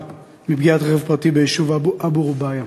מפגיעת רכב פרטי ביישוב אבו-רובייעה.